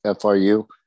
FRU